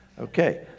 Okay